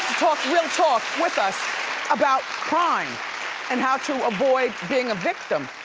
talk real talk with us about crime and how to avoid being a victim.